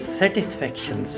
satisfaction